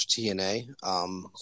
TNA